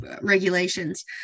regulations